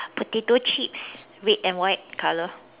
potato chips red and white color